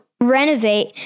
renovate